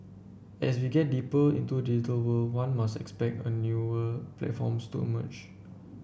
as we get deeper into digital world one must expect a newer platforms to emerge